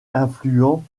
affluent